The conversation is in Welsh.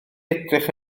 edrych